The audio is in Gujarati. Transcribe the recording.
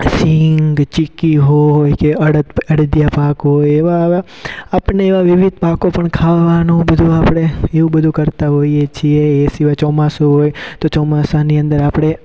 સિંગ ચીકી હોય કે અળદ અળદિયા પાક હોય એવા એવા આપણને એવા વિવિધ પાકો ખાવાનું બધુ આપણે એવું બધુ કરતાં હોઈએ છીએ એ સિવાય ચોમાસું હોય તો ચોમાસાની અંદર આપણે